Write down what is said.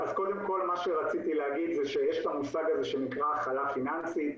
אז קודם כל מה שרציתי להגיד זה שיש את המושג הזה שנקרא הכלה פיננסית,